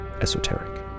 esoteric